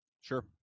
Sure